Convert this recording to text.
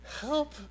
help